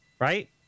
right